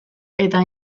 eta